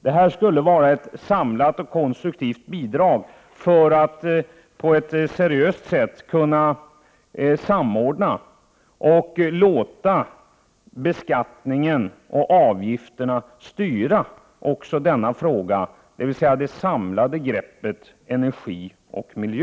Detta skulle vara ett samlat och konstruktivt bidrag till en seriös samordning, så att beskattningen och avgifterna får styra också denna fråga, dvs. det samlade greppet om energi och miljö.